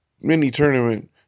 mini-tournament